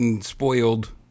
spoiled